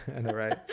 right